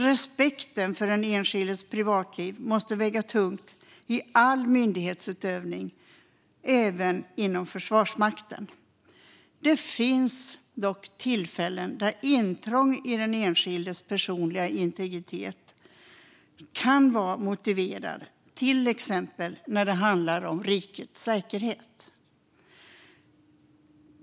Respekten för den enskildes privatliv måste väga tungt i all myndighetsutövning, även inom Försvarsmakten. Det finns dock tillfällen när intrång i den enskildes personliga integritet kan vara motiverade, till exempel när det handlar om rikets säkerhet.